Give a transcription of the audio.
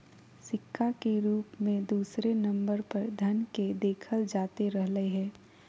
सिक्का के रूप मे दूसरे नम्बर पर धन के देखल जाते रहलय हें